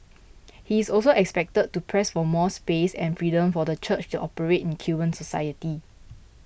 he is also expected to press for more space and freedom for the Church to operate in Cuban society